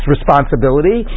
Responsibility